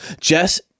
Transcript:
Jess